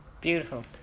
Beautiful